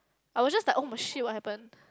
I was just like oh my shit what happen